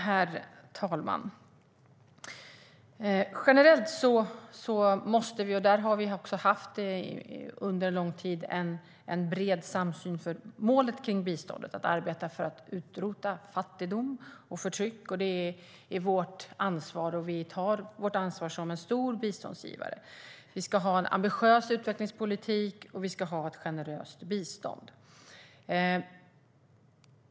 Herr talman! Vi har under lång tid haft en bred samsyn när det gäller målet för biståndet - att arbeta för att utrota fattigdom och förtryck. Det är vårt ansvar, och vi tar vårt ansvar som stor biståndsgivare. Vi ska ha en ambitiös utvecklingspolitik, och vi ska ha ett generöst bistånd.